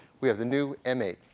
we have the new m eight,